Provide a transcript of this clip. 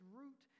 root